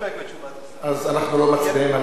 אז אנחנו לא מצביעים על ההצעה שלך,